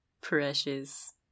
Precious